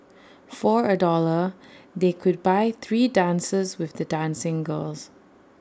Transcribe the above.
for A dollar they could buy three dances with the dancing girls